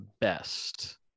best